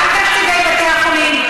גם תקציבי בתי החולים,